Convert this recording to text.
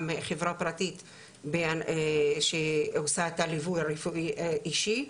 חברה פרטית שעושה את הליווי הרפואי אישי,